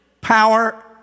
power